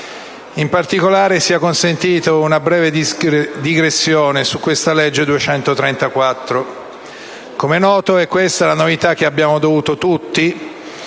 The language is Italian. In particolare, mi sia consentita una breve digressione sulla legge stessa. Come è noto questa è la novità che abbiamo dovuto tutti